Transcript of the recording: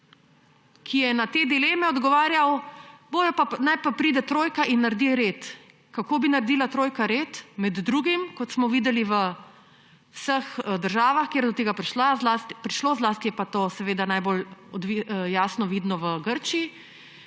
ki je na te dileme odgovarjal, da naj pa pride trojka in naredi red. Kako bi naredila trojka red, kot smo videli v vseh državah, kjer je do tega prišlo, zlasti pa je to najbolj jasno vidno v Grčiji,